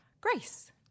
Grace